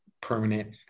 permanent